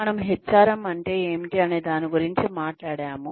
మనము HRM అంటే ఏమిటి అనే దాని గురించి మాట్లాడాము